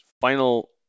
final